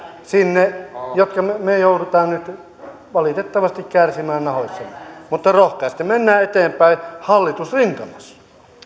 sinne ne sopimukset jotka me me joudumme nyt valitettavasti kärsimään nahoissamme mutta rohkeasti mennään eteenpäin hallitusrintamassa